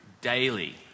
daily